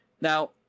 Now